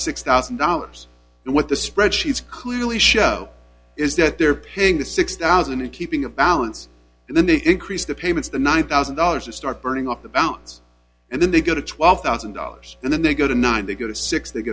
six thousand dollars and what the spreadsheets clearly show is that they're paying the six thousand dollars and keeping a balance and then they increase the payments the nine one thousand dollars to start burning off the balance and then they go to twelve thousand dollars and then they go to nine they go to six t